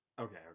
okay